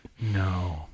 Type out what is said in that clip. No